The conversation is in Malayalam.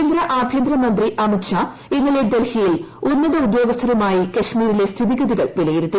കേന്ദ്ര ആഭ്യന്തരമന്ത്രി അമിത്ഷ്ാ ഇന്നലെ ഡൽഹിയിൽ ഉന്നത ഉദ്യോഗസ്ഥരു മായി കാശ്മീരിലെ സ്ഥിതിഗതികൾ വിലയിരുത്തി